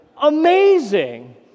amazing